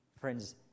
Friends